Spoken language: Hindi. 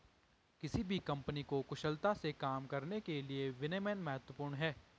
किसी भी कंपनी को कुशलता से काम करने के लिए विनियम महत्वपूर्ण हैं